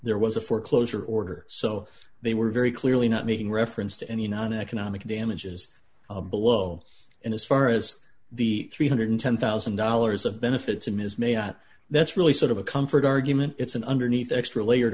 ere was a foreclosure order so they were very clearly not making reference to any non economic damages below and as far as the three hundred and ten thousand dollars of benefits in ms may not that's really sort of a comfort argument it's an underneath extra layer